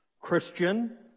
Christian